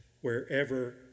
wherever